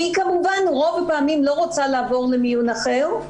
והיא כמובן רוב הפעמים לא רוצה לעבור למיון אחר,